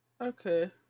okay